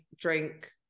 drink